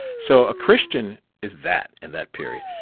so a christian is that, in that period.